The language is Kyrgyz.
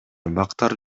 бактар